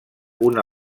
una